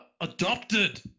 adopted